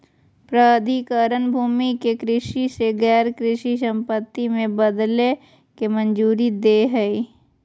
प्राधिकरण भूमि के कृषि से गैर कृषि संपत्ति में बदलय के मंजूरी दे हइ